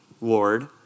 Lord